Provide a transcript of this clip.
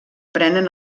prenen